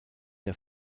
der